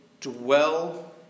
dwell